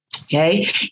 Okay